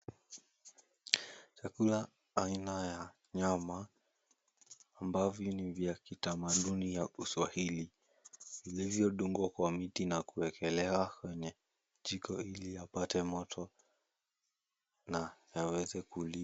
Chakula aina ya nyama ambavyo ni vya kitamaduni ya kiswahili vilivyo dugwa na miti na kuwekwa juu ya jiko ili ya pate moto na yaweze kuliwa.